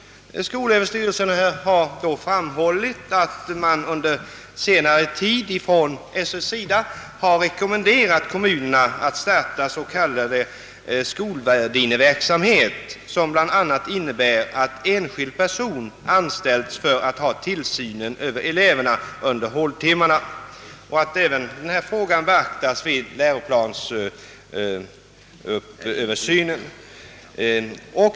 Skolöverstyrelsen har då framhållit, att man under senare tid från SÖ:s sida rekommenderat kommunerna att starta s.k. skolvärdinneverksamhet, som bl.a. innebär att enskild person anställs för att ha tillsynen över eleverna under håltimmarna, och att frågan även beaktas vid läroplansöversynen.